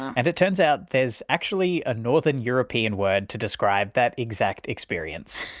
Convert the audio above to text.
and it turns out there's actually a northern european word to describe that exact experience.